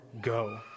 go